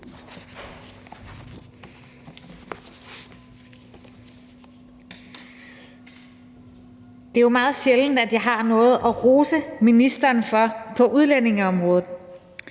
Det er jo meget sjældent, at jeg har noget at rose ministeren for på udlændingeområdet,